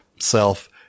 self